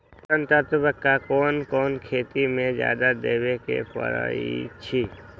पोषक तत्व क कौन कौन खेती म जादा देवे क परईछी?